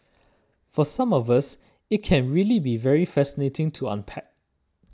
for some of us it can really be very fascinating to unpack